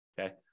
Okay